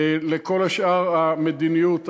לכל השאר, המדיניות הכללית,